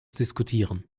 diskutieren